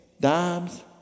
dimes